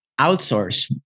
outsource